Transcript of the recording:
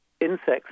insects